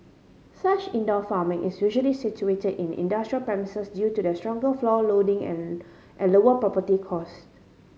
such indoor farming is usually situated in industrial premises due to their stronger floor loading and and lower property cost